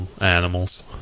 Animals